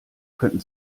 könnten